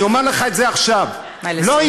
אני אומר לך את זה עכשיו, למה?